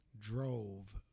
drove –